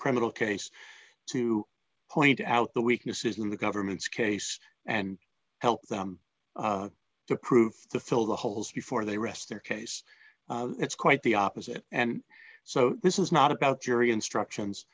criminal case to point out the weaknesses in the government's case and help them to prove to fill the holes before they rest their case it's quite the opposite and so this is not about jury instructions